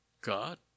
God